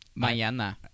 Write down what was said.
Mañana